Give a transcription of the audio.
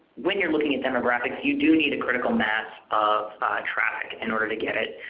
when you are looking at demographics you do need a critical mass of traffic in order to get it.